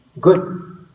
good